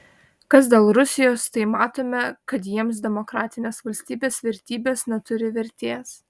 kas dėl rusijos tai matome kad jiems demokratinės valstybės vertybės neturi vertės